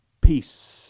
peace